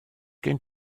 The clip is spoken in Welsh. gen